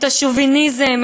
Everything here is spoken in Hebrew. את השוביניזם,